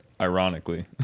ironically